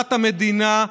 הכרזת המדינה,